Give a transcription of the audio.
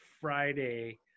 Friday